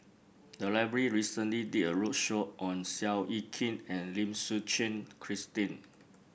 the library recently did a roadshow on Seow Yit Kin and Lim Suchen Christine